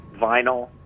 Vinyl